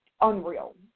unreal